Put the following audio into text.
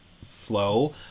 slow